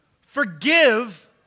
Forgive